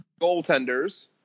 goaltenders